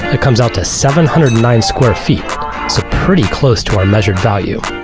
it comes out to seven hundred and nine square feet so pretty close to our measured value.